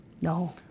No